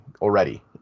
already